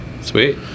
Sweet